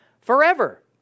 forever